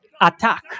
attack